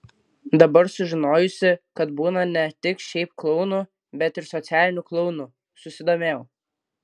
dabar sužinojusi kad būna ne tik šiaip klounų bet ir socialinių klounų susidomėjau